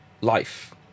life